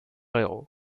héros